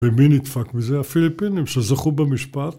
ומי נדפק מיזה? הפיליפינים שזכו במשפט.